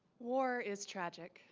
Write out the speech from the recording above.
war is tragic